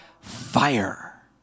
fire